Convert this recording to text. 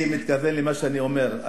אני מתכוון למה שאני אומר.